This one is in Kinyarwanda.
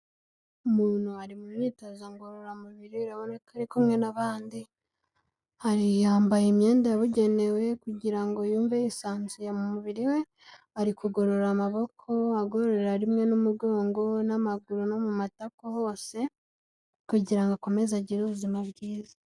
Umuntu ari mu myitozo ngororamubiri urabona ko ari kumwe n'abandi, yambaye imyenda yabugenewe kugira ngo yumve yisanzuye mu mubiri we, ari kugorora amaboko agororera rimwe n'umugongo n'amaguru no mu matako hose kugira ngo akomeze agire ubuzima bwiza.